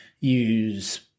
use